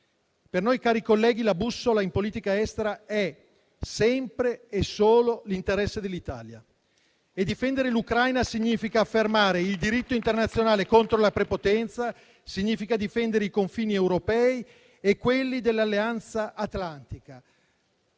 Per noi, cari colleghi, la bussola in politica estera è sempre e solo l'interesse dell'Italia e difendere l'Ucraina significa affermare il diritto internazionale contro la prepotenza e difendere i confini europei e quelli dell'Alleanza atlantica.